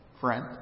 friend